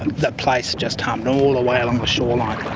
the place just hummed all the way along the shoreline.